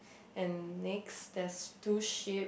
and next there's two sheep